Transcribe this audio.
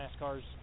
NASCAR's